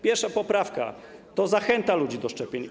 Pierwsza poprawka to zachęta ludzi do szczepień.